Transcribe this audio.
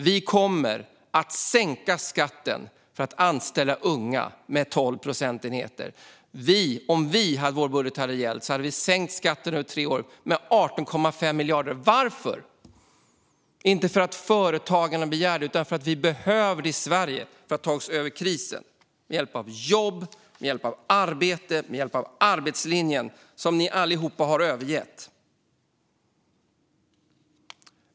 Vi kommer att sänka skatten för att anställa unga med 12 procentenheter. Om vår budget hade gällt hade vi sänkt skatten under tre år med 18,5 miljarder. Varför? Inte för att företagarna begär det, utan för att vi i Sverige behöver det för att ta oss över krisen med hjälp av jobb och arbete, med hjälp av arbetslinjen, som ni allihop har övergett.